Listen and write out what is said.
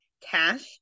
Cash